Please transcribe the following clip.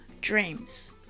dreams